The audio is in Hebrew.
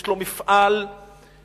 יש לו מפעל לבנייה